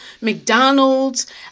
McDonald's